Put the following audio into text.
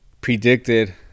predicted